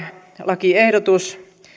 lakiehdotus